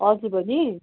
हजुर बहिनी